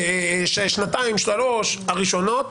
או שנתיים או שלוש, הראשונות,